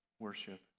worship